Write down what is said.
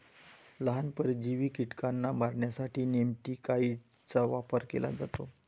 लहान, परजीवी कीटकांना मारण्यासाठी नेमॅटिकाइड्सचा वापर केला जातो